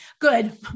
good